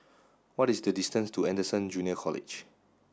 what is the distance to Anderson Junior College